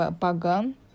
Pagan